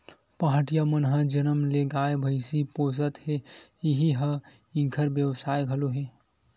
पहाटिया मन ह जनम ले गाय, भइसी पोसत हे इही ह इंखर बेवसाय घलो हे